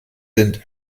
sind